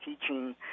teaching